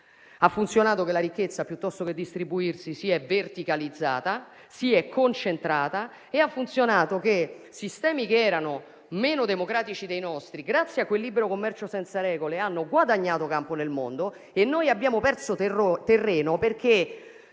ha funzionato così: la ricchezza, piuttosto che distribuirsi, si è verticalizzata e si è concentrata e sistemi che erano meno democratici dei nostri, grazie a quel libero commercio senza regole, hanno guadagnato campo nel mondo e noi abbiamo perso terreno perché,